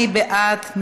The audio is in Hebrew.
מי בעד?